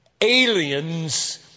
aliens